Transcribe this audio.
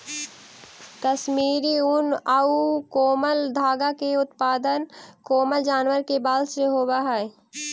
कश्मीरी ऊन आउ कोमल धागा के उत्पादन कोमल जानवर के बाल से होवऽ हइ